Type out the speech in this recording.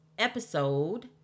Episode